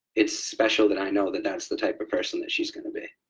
it's special that i know that that's the type of person that she's going to be.